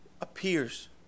appears